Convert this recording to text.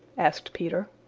asked peter.